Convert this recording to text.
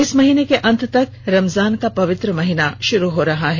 इस महीने के अंत में रमजान का पवित्र माह शुरू हो रहा है